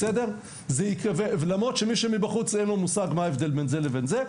וזאת למרות שלמי שמבחוץ אין מושג מה ההבדל בין זה לבין זה,